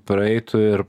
praeitų ir